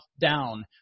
down